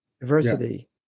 diversity